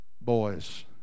boys